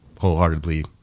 wholeheartedly